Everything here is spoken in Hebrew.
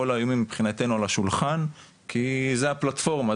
כל האיומים מבחינתנו על השולחן כי זו הפלטפורמה,